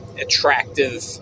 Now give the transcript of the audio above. attractive